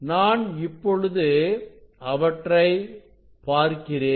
நான் இப்பொழுது அவற்றை பார்க்கிறேன்